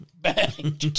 Bang